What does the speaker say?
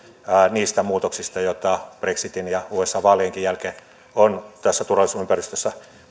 niistä muutoksista joita brexitin ja usan vaalienkin jälkeen on tässä turvallisuusympäristössä